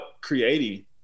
creating